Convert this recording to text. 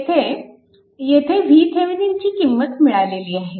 येथे येथे VThevenin ची किंमत मिळालेली आहे